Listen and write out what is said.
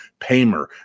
Pamer